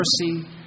mercy